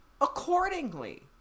accordingly